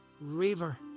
river